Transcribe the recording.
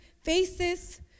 faces